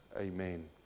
Amen